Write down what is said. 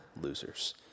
losers